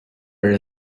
are